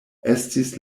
estis